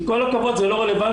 עם כל הכבוד זה לא רלבנטי.